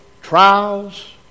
trials